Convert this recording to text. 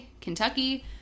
Kentucky